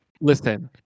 listen